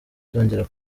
ndongera